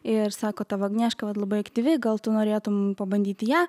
ir sako tavo agnieška vat labai aktyvi gal tu norėtum pabandyti ją